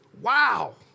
Wow